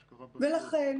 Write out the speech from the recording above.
לכן,